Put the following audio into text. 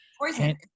Poison